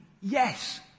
Yes